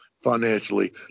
financially